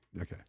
okay